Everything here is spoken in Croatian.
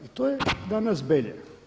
I to je danas Belje.